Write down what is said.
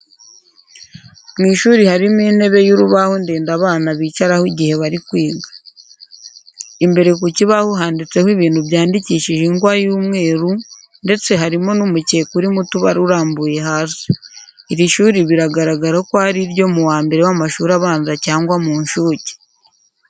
Mu ishuri harimo intebe y'urubaho ndende abana bicaraho igihe bari kwiga. Imbere ku kibaho handitseho ibintu byandikishijwe ingwa y'umweru ndetse harimo n'umukeka urimo utubara urambuye hasi. Iri shuri biragaragara ko ari iryo mu wa mbere w'amashuri abanza cyangwa mu nshuke.